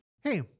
Hey